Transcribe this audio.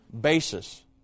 basis